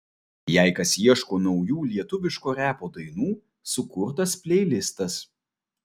jei kas ieško naujų lietuviško repo dainų sukurtas pleilistas